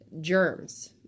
germs